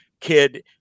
kid